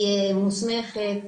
היא מוסמכת.